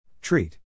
Treat